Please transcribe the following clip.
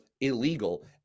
illegal